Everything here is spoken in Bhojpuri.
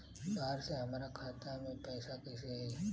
बाहर से हमरा खाता में पैसा कैसे आई?